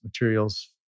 materials